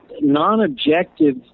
non-objective